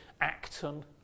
Acton